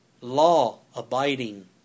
law-abiding